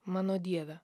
mano dieve